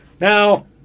Now